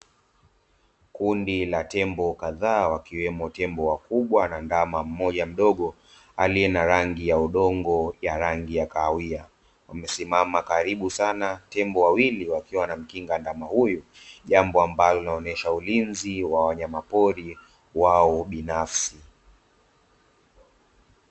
Kundi la tembo kadhaa wakiwemo tembo wakubwa na ndama mmoja mdogo aliye na rangi ya udongo ya rangi ya kahawia, wamesimama karibu sana na tembo wawili wakiwa wana mkinga ndama huyu, jambo ambalo linaonyesha ulinzi wa wanyamapori wao binafsi.